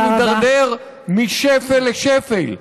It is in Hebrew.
ומידרדר משפל לשפל.